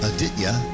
Aditya